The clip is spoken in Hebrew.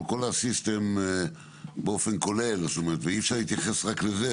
כלומר כל הסיסטם באופן כולל ואי אפשר להתייחס רק לזה,